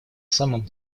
самом